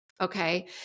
Okay